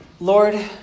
Lord